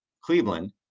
Cleveland